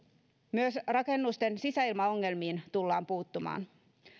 myös rakennusten sisäilmaongelmiin tullaan puuttumaan